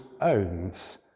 owns